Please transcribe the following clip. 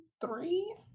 Three